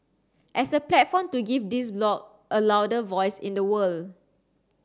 as a platform to give this bloc a louder voice in the world